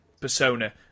persona